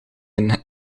een